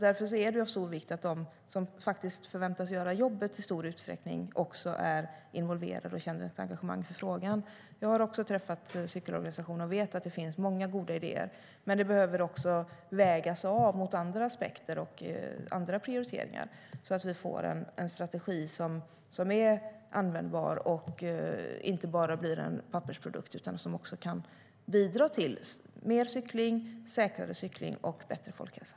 Därför är det av stor vikt att de som förväntas göra jobbet i stor utsträckning är involverade och känner ett engagemang i frågan. Jag har också träffat cykelorganisationer och vet att det finns många goda idéer, men de behöver vägas av mot andra aspekter och andra prioriteringar så att vi får en strategi som är användbar och inte bara blir en pappersprodukt och som kan bidra till mer cykling, säkrare cykling och bättre folkhälsa.